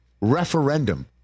referendum